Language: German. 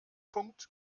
punkt